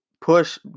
push